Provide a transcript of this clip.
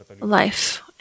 life